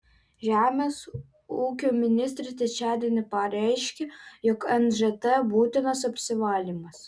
žemės ūkio ministrė trečiadienį pareiškė jog nžt būtinas apsivalymas